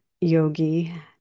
yogi